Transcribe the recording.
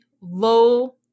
low